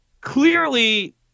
clearly